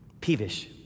peevish